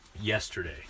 yesterday